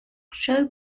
show